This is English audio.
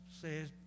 says